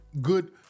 good